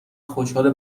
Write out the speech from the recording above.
خوشحال